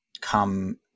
come